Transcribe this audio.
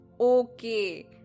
Okay